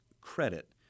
credit